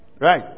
Right